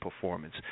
performance